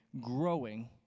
growing